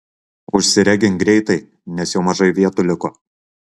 užsiregink greitai nes jau mažai vietų liko